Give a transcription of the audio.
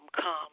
come